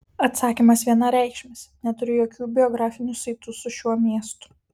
atsakymas vienareikšmis neturiu jokių biografinių saitų su šiuo miestu